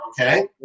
Okay